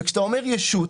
כשאתה אומר ישות,